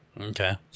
Okay